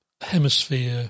hemisphere